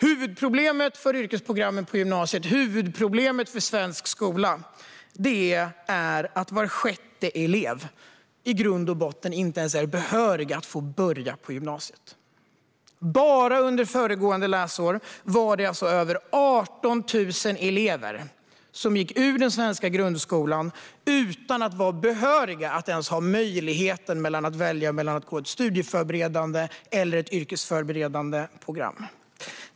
Huvudproblemet för yrkesprogrammen på gymnasiet och för svensk skola är att var sjätte elev i grund och botten inte ens är behörig att börja på gymnasiet. Bara under föregående läsår var det över 18 000 elever som gick ur den svenska grundskolan utan att vara behöriga och ha möjligheten att välja mellan ett studieförberedande eller ett yrkesförberedande program.